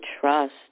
trust